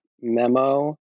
memo